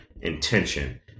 intention